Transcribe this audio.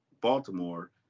Baltimore